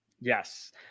Yes